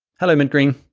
hello mint green.